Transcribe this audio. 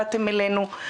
באתם אלינו,